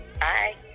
Bye